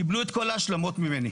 קיבלו את כל ההשלמות ממני.